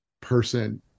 person